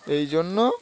এই জন্য